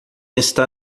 está